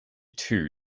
too